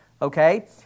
Okay